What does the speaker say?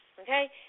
okay